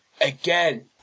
Again